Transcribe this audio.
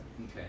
Okay